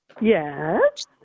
Yes